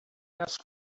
ask